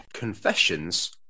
Confessions